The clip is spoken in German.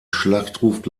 schlachtruf